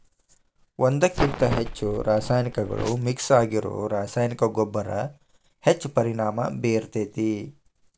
ಒಂದ್ಕಕಿಂತ ಹೆಚ್ಚು ರಾಸಾಯನಿಕಗಳು ಮಿಕ್ಸ್ ಆಗಿರೋ ರಾಸಾಯನಿಕ ಗೊಬ್ಬರ ಹೆಚ್ಚ್ ಪರಿಣಾಮ ಬೇರ್ತೇತಿ